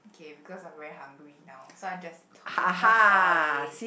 okay because I'm very hungry now so I just talking about it